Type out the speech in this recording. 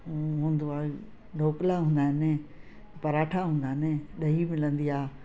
हो हूंदा आहे ढोकला हूंदा आहिनि परांठा हूंदा आहिनि ॾही मिलंदी आहे